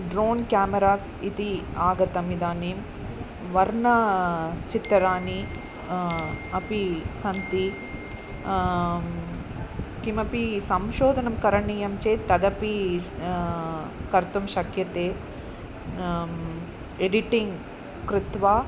drone cameras इति आगतम् इदानीं वर्णचित्राणि अपि सन्ति किमपि संशोधनं करणीयं चेत् तदपि स् कर्तुं शक्यते एडिटिङ्ग् कृत्वा